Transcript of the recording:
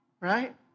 right